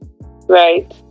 right